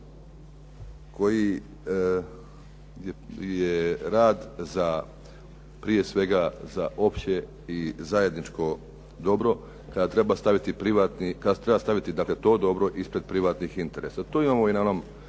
koji je rad za prije svega za opće i zajedničko dobro kada treba staviti dakle to dobro ispred privatnih interesa. To imamo i na onom